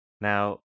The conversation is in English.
now